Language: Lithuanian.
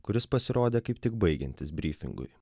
kuris pasirodė kaip tik baigiantis brifingui